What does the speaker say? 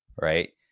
right